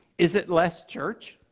is it less church?